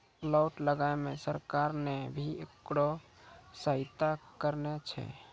plant लगाय मॅ सरकार नॅ भी होकरा सहायता करनॅ छै